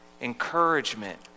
encouragement